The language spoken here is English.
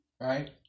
Right